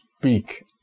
speak